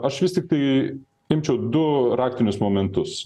aš vis tiktai imčiau du raktinius momentus